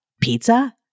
pizza